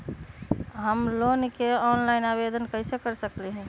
हम लोन के ऑनलाइन आवेदन कईसे दे सकलई ह?